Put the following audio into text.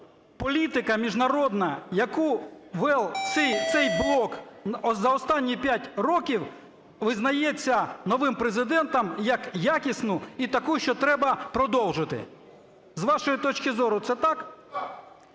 політика міжнародна, яку вів цей блок за останні 5 років, визнається новим Президентом як якісну і таку, що треба продовжити. З вашої точки зору це так?